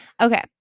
okay